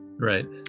Right